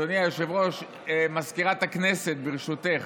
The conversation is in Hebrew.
אדוני היושב-ראש, מזכירת הכנסת, ברשותך,